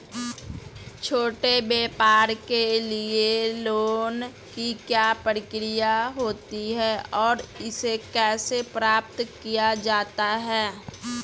छोटे व्यापार के लिए लोंन की क्या प्रक्रिया होती है और इसे कैसे प्राप्त किया जाता है?